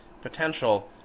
potential